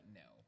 no